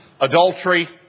adultery